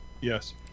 Yes